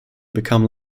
become